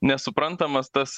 nesuprantamas tas